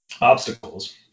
obstacles